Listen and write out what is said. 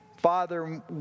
Father